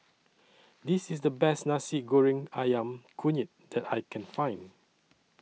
This IS The Best Nasi Goreng Ayam Kunyit that I Can Find